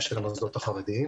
של המוסדות החרדיים.